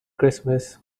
christmas